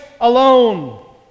alone